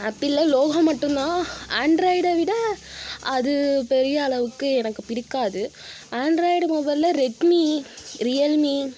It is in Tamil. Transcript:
ஆப்பிளில் லோகோ மட்டும்தான் ஆண்ட்ராய்டை விட அது பெரிய அளவுக்கு எனக்கு பிடிக்காது ஆண்ட்ராய்டு மொபைலில் ரெட்மி ரியல்மி